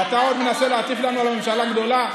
ואתה עוד מנסה להטיף לנו על הממשלה הגדולה,